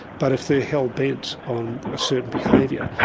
but if they're hell-bent on a certain behaviour,